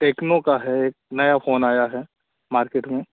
techno का है एक नया फ़ोन आया है मार्केट में